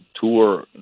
tour